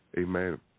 Amen